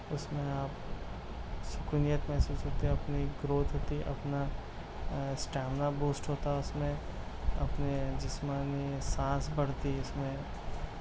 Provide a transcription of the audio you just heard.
اُس میں آپ سکونیت محسوس ہوتے اپنی گروتھ ہوتی اپنا اسٹیمنا بوسٹ ہوتا اُس میں اپنے جسمانی سانس بڑھتی اُس میں